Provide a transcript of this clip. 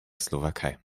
slowakei